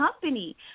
Company